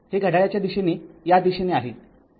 हे घड्याळाच्या दिशेने या दिशेने आहे